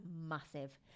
massive